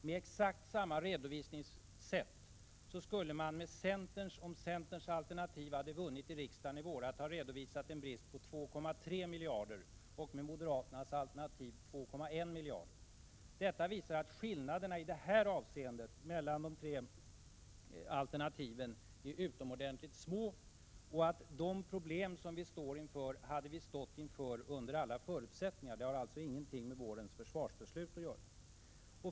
Med exakt samma redovisningssätt skulle man, om centerns alternativ hade vunnit i riksdagen i våras, ha redovisat en brist på 2,3 miljarder kronor, och med moderaternas alternativ 2,1 miljarder kronor. Detta visar att skillnaderna i detta avseende mellan de tre alternativen är utomordentligt små och att de problem som vi står inför hade vi stått inför under alla omständigheter. Det har alltså ingenting med vårens försvarsbeslut att göra.